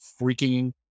freaking